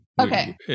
Okay